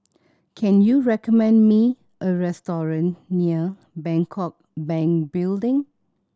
can you recommend me a restaurant near Bangkok Bank Building